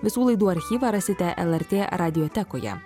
visų laidų archyvą rasite lrt radiotekoje